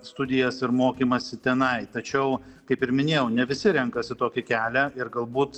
studijas ir mokymąsi tenai tačiau kaip ir minėjau ne visi renkasi tokį kelią ir galbūt